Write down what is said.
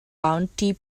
bounty